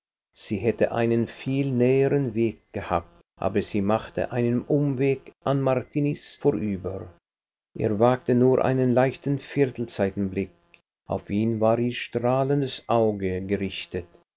sie hätte einen viel näheren weg gehabt aber sie machte einen umweg an martiniz vorüber er wagte nur einen leichten viertelsseitenblick auf ihn war ihr strahlendes auge gerichtet